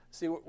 see